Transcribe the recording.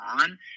on